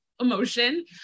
emotion